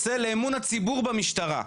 לאמון הציבור במשטרה?